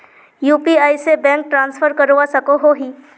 UPI से bank transfer करवा सकोहो ही?